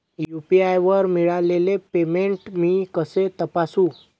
UPI वर मिळालेले payment मी कसे तपासू?